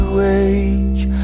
wage